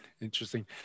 Interesting